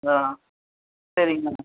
சரிங்கண்ணா